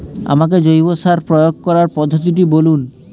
আমাকে জৈব সার প্রয়োগ করার পদ্ধতিটি বলুন?